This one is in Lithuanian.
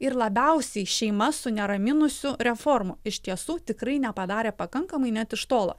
ir labiausiai šeimas suneraminusių reformų iš tiesų tikrai nepadarė pakankamai net iš tolo